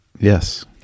Yes